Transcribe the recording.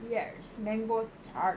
yes mango tart